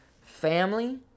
Family